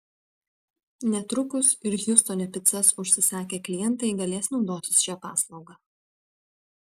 netrukus ir hjustone picas užsisakę klientai galės naudotis šia paslauga